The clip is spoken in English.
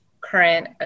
current